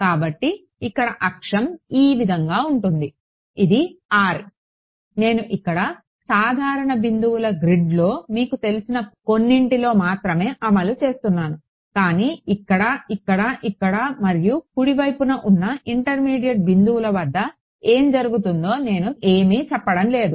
కాబట్టిఇక్కడ అక్షం ఈ విధంగా ఉంటుంది ఇది r నేను ఇక్కడ సాధారణ బిందువుల గ్రిడ్లో మీకు తెలిసిన కొన్నింటిలో మాత్రమే అమలు చేస్తున్నాను కానీ ఇక్కడ ఇక్కడ ఇక్కడ మరియు కుడివైపున ఉన్న ఇంటర్మీడియట్ బిందువుల వద్ద ఏమి జరుగుతుందో నేను ఏమీ చెప్పడం లేదు